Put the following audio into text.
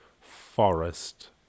forest